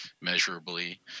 measurably